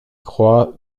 croient